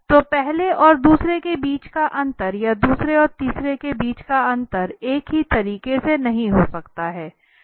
तो पहले और दूसरे के बीच का अंतर या दूसरे और तीसरे के बीच का अंतर एक ही तरीके से नहीं हो सकता है